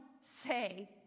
say